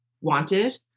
wanted